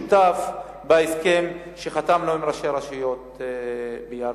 שותף להסכם שחתמנו עם ראשי הרשויות בירכא.